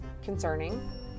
concerning